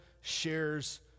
shares